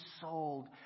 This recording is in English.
sold